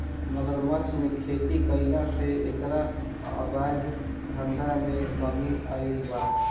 मगरमच्छ के खेती कईला से एकरा अवैध धंधा में कमी आईल बा